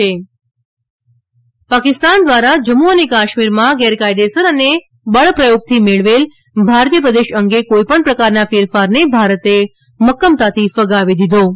ભારત પાકિસ્તાન પાકિસ્તાન દ્વારા જમ્મુ અને કાશ્મીરમાં ગેર કાયદેસર અને બળ પ્રયોગથી મેળવેલા ભારતીય પ્રદેશ અંગે કોઈપણ પ્રકારના ફેરફારને ભારતે મક્કમતાથી ફગાવી દીધો છે